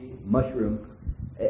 mushroom